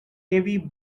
heavy